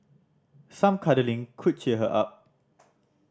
some cuddling could cheer her up